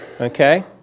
okay